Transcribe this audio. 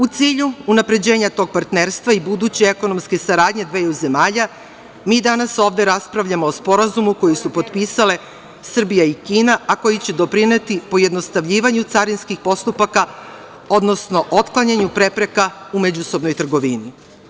U cilju unapređenja tog partnerstva i buduće ekonomske saradnje dveju zemalja, mi danas ovde raspravljamo o sporazumu koji su potpisale Srbija i Kina, a koji će doprineti pojednostavljivanju carinskih postupaka, odnosno otklanjanju prepreka u međusobnoj trgovini.